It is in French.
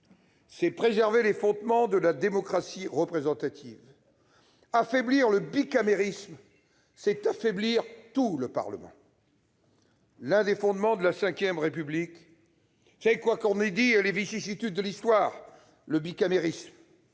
c'est préserver les fondements de la démocratie représentative. Affaiblir le bicamérisme, c'est affaiblir tout le Parlement. L'un des fondements de la V République, c'est, quoi que l'on ait dit et malgré les vicissitudes de l'histoire, le bicamérisme